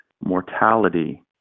mortality